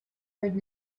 heard